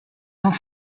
not